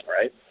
Right